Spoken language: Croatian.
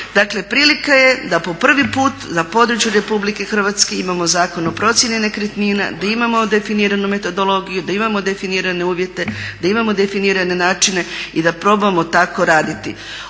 Dakle prilika je da po prvi put za područje Republike Hrvatske imamo Zakon o procjeni nekretnina, da imamo definiranu metodologiju, da imamo definirane uvjete, da imamo definirane načine i da probamo tako raditi.